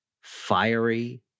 fiery